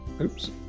oops